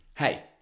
Hey